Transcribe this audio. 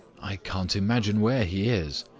i can't imagine where he is.